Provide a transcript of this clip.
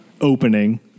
opening